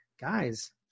guys